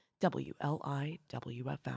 WLIWFM